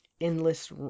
endless